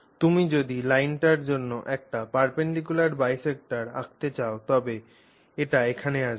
তুমি যদি লাইনটির জন্য একটি লম্ব সমদ্বিখণ্ডক আঁকতে চাও তবে এটি এখানে আসবে